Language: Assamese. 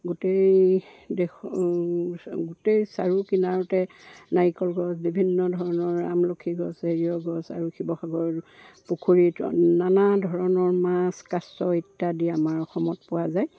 গোটেই দেশ গোটেই চাৰু কিণাৰতে নাৰিকল গছ বিভিন্ন ধৰণৰ আমলখি গছ এৰিয়হ গছ আৰু শিৱসাগৰ পুখুৰীত নানা ধৰণৰ মাছ কাছ ইত্যাদি আমাৰ অসমত পোৱা যায়